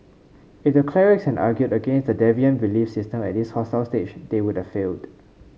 if the clerics had argued against the deviant belief system at this hostile stage they would have failed